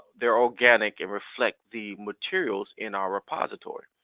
they're organic and reflect the materials in our repository.